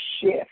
shift